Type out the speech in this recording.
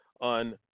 on